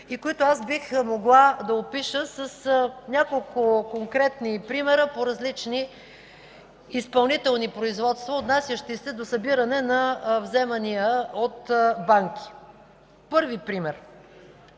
и които бих могла да опиша с няколко конкретни примера по различни изпълнителни производства, отнасящи се до събиране на вземания от банки. Първи пример.